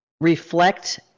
reflect